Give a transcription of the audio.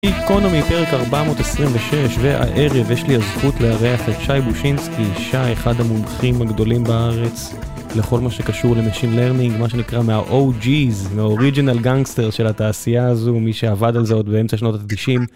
איקונומי פרק 426 והערב יש לי הזכות לארח את שי בושינסקי, שי אחד המומחים הגדולים בארץ לכל מה שקשור ל machine learning, מה שנקרא מה OG's, מהאוריג'ינל גאנגסטר של התעשייה הזו, מי שעבד על זה עוד באמצע שנות התשעים.